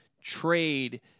trade